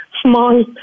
small